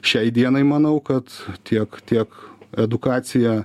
šiai dienai manau kad tiek tiek edukacija